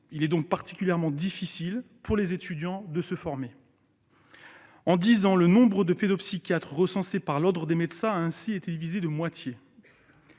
Il est donc particulièrement difficile pour les étudiants de se former. En dix ans, le nombre de pédopsychiatres recensés par l'Ordre des médecins a ainsi été divisé de moitié.